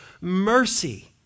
mercy